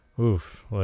oof